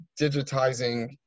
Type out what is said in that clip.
digitizing